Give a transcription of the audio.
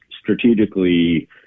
strategically